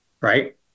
right